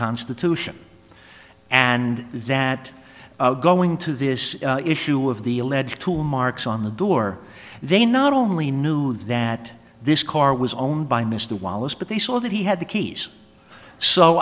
constitution and that going to this issue of the alleged tool marks on the door they not only knew that this car was owned by mr wallace but they saw that he had the keys so